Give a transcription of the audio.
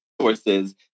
sources